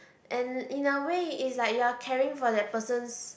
and in a way is like you are caring for that person's